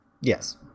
Yes